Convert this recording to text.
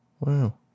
Wow